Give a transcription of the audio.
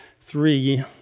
three